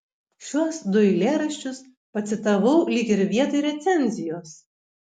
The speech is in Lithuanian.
šiuos du eilėraščius pacitavau lyg ir vietoj recenzijos